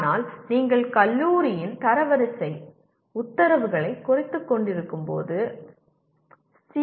ஆனால் நீங்கள் கல்லூரியின் தரவரிசை தரவரிசை உத்தரவுகளை குறைத்துக்கொண்டிருக்கும்போது சி